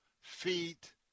feet